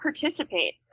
participate